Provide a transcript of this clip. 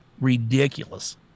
ridiculous